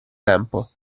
tempo